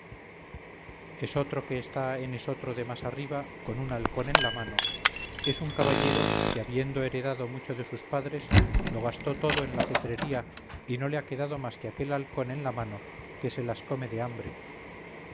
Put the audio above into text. pie esotro que está en esotro de más arriba con un halcón en la mano es un caballero que habiendo heredado mucho de sus padres lo gastó todo en la cetrería y no le ha quedado más que aquel halcón en la mano que se las come de hambre